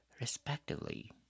respectively